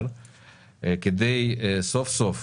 אבל כדי סוף סוף